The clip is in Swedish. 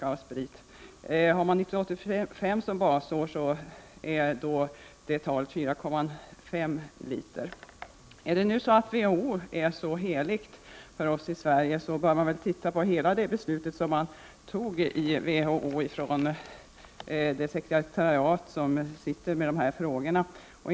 Om man har 1985 som basår är motsvarande tal 4,5 liter. Om WHO är så heligt för oss i Sverige, bör man väl titta på hela det beslut som man fattade inom WHO eller det sekreteriat som behandlade dessa frågor.